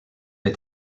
est